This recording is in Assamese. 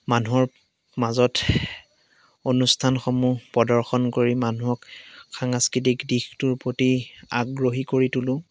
মানুহৰ মাজত অনুষ্ঠানসমূহ প্ৰদৰ্শন কৰি মানুহক সাংস্কৃতিক দিশটোৰ প্ৰতি আগ্ৰহী কৰি তোলোঁ